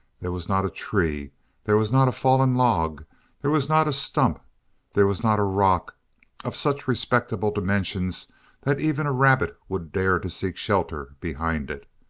there was not a tree there was not a fallen log there was not a stump there was not a rock of such respectable dimensions that even a rabbit would dare to seek shelter behind it.